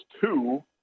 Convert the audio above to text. two